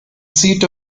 seat